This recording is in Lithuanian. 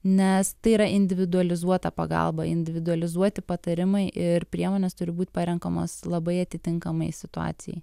nes tai yra individualizuota pagalba individualizuoti patarimai ir priemonės turi būt parenkamos labai atitinkamai situacijai